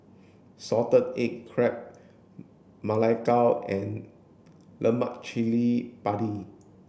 salted egg crab ma lai gao and lemak cili padi